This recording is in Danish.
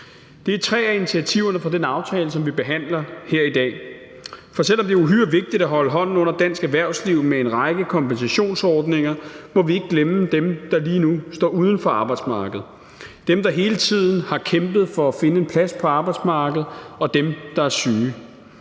Det er tre af initiativerne fra den aftale, som vi behandler her i dag, for selv om det er uhyre vigtigt at holde hånden under dansk erhvervsliv med en række kompensationsordninger, må vi ikke glemme dem, der lige nu står uden for arbejdsmarkedet; dem, der hele tiden har kæmpet for at finde en plads på arbejdsmarkedet; og dem, der er syge.